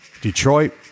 Detroit